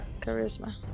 charisma